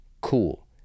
Cool